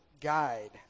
guide